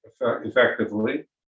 effectively